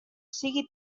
sigui